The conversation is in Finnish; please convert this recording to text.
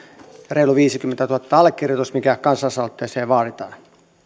reilu viisikymmentätuhatta allekirjoitusta mikä kansalaisaloitteeseen vaaditaan